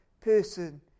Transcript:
person